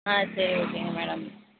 ஆ சரி ஓகேங்க மேடம்